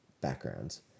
backgrounds